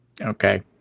Okay